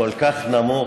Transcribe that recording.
כל כך נמוך,